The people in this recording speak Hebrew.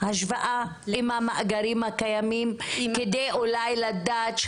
השוואה עם המאגרים הקיימים כדי לדעת אולי